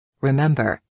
Remember